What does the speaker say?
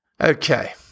okay